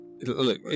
look